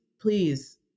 please